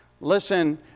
Listen